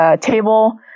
table